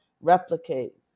replicate